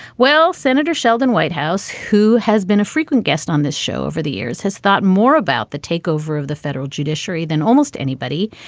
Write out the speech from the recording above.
well senator sheldon whitehouse who has been a frequent guest on this show over the years has thought more about the takeover of the federal judiciary than almost anybody.